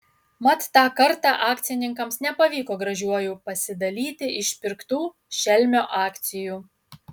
mat tą kartą akcininkams nepavyko gražiuoju pasidalyti išpirktų šelmio akcijų